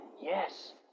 yes